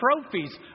trophies